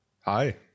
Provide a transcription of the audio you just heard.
Hi